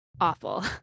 awful